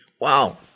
Wow